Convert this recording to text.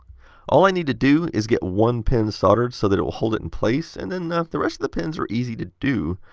all i need to do is get one pin soldered so that it will hold it in place. and then the rest of the pins are easy to do.